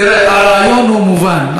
תראה, הדיון הוא מובן.